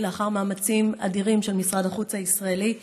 לאחר מאמצים אדירים של משרד החוץ הישראלי.